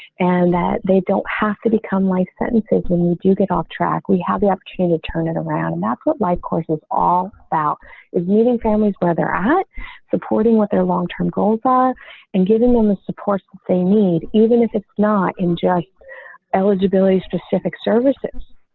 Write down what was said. and that they don't have to become life sentences. when we do get off track. we have the opportunity to turn it around and that's what my course is all about is meeting families, whether at supporting what their long term goals ah and giving them the support they need, even if it's not in just eligibility specific services.